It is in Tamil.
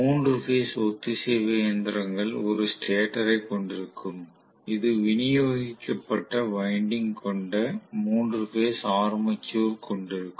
மூன்று பேஸ் ஒத்திசைவு இயந்திரங்கள் ஒரு ஸ்டேட்டரைக் கொண்டிருக்கும் இது விநியோகிக்கப்பட்ட வைண்டிங் கொண்ட மூன்று பேஸ் ஆர்மெச்சரைக் கொண்டிருக்கும்